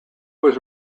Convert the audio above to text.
was